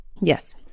Yes